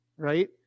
right